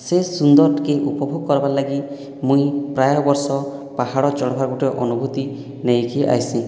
ସେ ସୁନ୍ଦର୍କେ ଉପଭୋଗ କର୍ବାର ଲାଗି ମୁଇଁ ପ୍ରାୟ ବର୍ଷ ପାହାଡ଼ ଚଢ଼ବାର୍ ଗୁଟେ ଅନୁଭୂତି ନେଇକି ଆଏସି